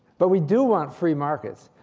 but we do want free markets.